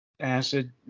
Acid